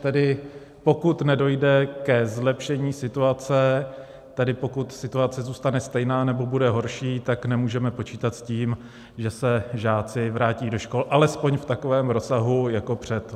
Tedy pokud nedojde ke zlepšení situace, tedy pokud situace zůstane stejná nebo bude horší, nemůžeme počítat s tím, že se žáci vrátí do škol alespoň v takovém rozsahu jako před lockdownem.